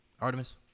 artemis